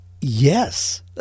Yes